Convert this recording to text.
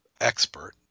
expert